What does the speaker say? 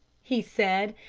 he said,